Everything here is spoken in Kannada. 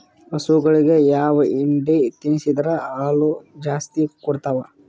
ಹಸುಗಳಿಗೆ ಯಾವ ಹಿಂಡಿ ತಿನ್ಸಿದರ ಹಾಲು ಜಾಸ್ತಿ ಕೊಡತಾವಾ?